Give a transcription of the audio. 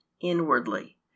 inwardly